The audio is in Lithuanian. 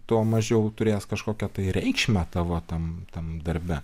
tuo mažiau turės kažkokią reikšmę tavo tam tam darbe